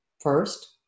First